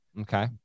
Okay